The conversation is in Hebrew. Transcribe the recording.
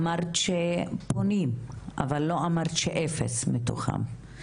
אמרת שפונים, אבל לא אמרת שאפס מתוכם.